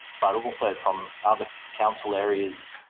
but also from other council areas,